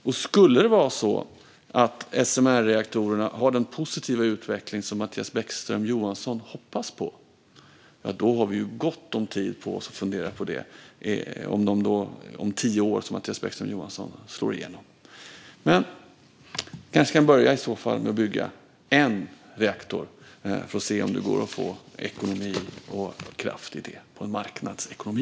Vi har gott om tid på oss att fundera på SMR-reaktorerna om de skulle ha den positiva utveckling som Mattias Bäckström Johansson hoppas på och slår igenom om tio år. I så fall kanske vi kan börja med att bygga en reaktor för att se om det går att få ekonomi och kraft i det i en marknadsekonomi.